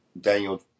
daniel